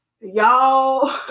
Y'all